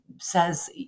says